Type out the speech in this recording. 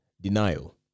denial